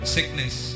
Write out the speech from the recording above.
Sickness